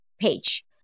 page